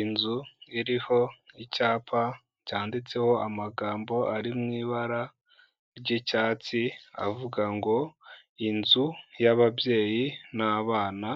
Inzu iriho icyapa cyanditseho amagambo ari mu ibara ry'icyatsi, avuga ngo inzu y'ababyeyi n'abana,